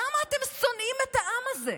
למה אתם שונאים את העם הזה?